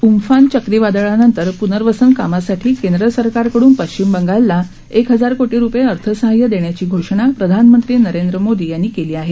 Amphan चक्रीवादळानंतर प्नर्वसन कामासाठी केंद्र सरकारकडून पश्चिम बंगालला एक हजार कोटी रूपये अर्थसहाय्य देण्याची घोषणा प्रधानमंत्री नरेंद्र मोदी यांनी केली आहे